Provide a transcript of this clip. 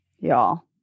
y'all